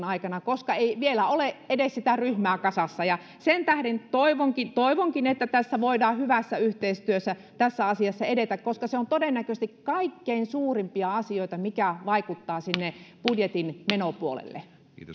aikana koska ei vielä ole edes sitä ryhmää kasassa sen tähden toivonkin toivonkin että voidaan hyvässä yhteistyössä tässä asiassa edetä koska se on todennäköisesti kaikkein suurimpia asioita mitkä vaikuttavat sinne budjetin menopuolelle